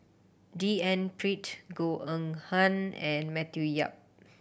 D N Pritt Goh Eng Han and Matthew Yap